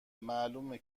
معلومه